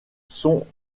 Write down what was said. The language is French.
sont